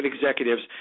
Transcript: executives